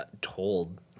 told